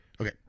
Okay